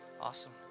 Awesome